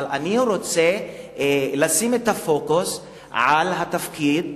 אבל אני רוצה לשים את הפוקוס על התפקיד,